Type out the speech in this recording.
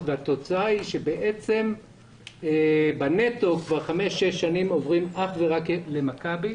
והתוצאה היא שבעצם בנטו כבר חמש-שש שנים עוברים אך ורק למכבי.